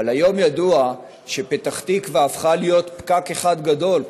אבל היום ידוע שפתח תקווה הפכה לפקק אחד גדול,